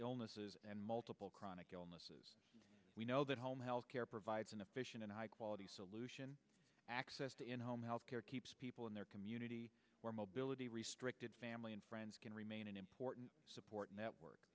illnesses and multiple chronic illnesses we know that home health care provides an efficient and high quality solution accessed in home health care keeps people in their community where mobility restricted family and friends can remain an important support network